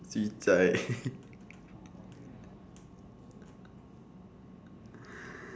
C size